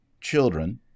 children